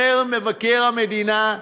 אומר מבקר המדינה: